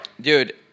Dude